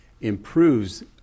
improves